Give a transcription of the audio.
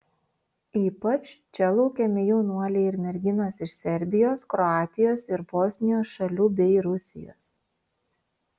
ypač čia laukiami jaunuoliai ir merginos iš serbijos kroatijos ir bosnijos šalių bei rusijos